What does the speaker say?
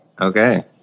Okay